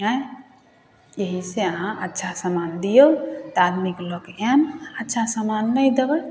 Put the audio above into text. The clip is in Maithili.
आँए एहि से अहाँ अच्छा समान दिऔ तऽ आदमीके लऽके आएब अच्छा समान नहि देबै